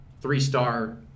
three-star